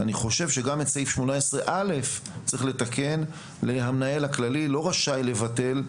אני חושב שגם את סעיף 18א צריך לתקן ל-המנהל הכללי לא רשאי לבטל,